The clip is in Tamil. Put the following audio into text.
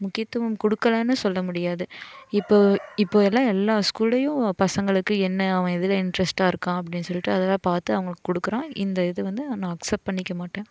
முக்கியத்துவம் கொடுக்கலன்னு சொல்ல முடியாது இப்போது இப்போது எல்லாம் எல்லா ஸ்கூல்லையும் பசங்களுக்கு என்ன அவன் எதில் இன்ட்ரஸ்ட்டாக இருக்கான் அப்படின்னு சொல்லிட்டு அதெல்லாம் பார்த்து அவங்களுக்கு கொடுக்கறான் இந்த இது வந்து நான் அக்செப்ட் பண்ணிக்க மாட்டேன்